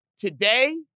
Today